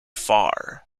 far